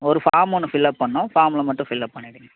ஒரு ஃபார்ம் ஒன்று fill up பண்ணணும் ஃபார்ம் மட்டும் பில் அப் பண்ணிவிடுங்க